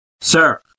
Sir